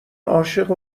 عاشق